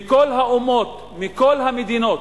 מכל האומות, מכל המדינות